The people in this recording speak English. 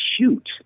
shoot